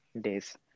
days